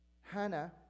Hannah